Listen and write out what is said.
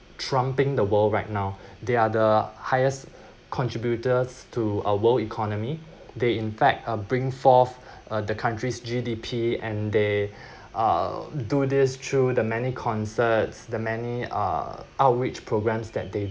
trumping the world right now they are the highest contributors to uh world economy they in fact uh bring forth the countries' G_D_P and they uh do this through the many concerts the many uh outreach programmes that they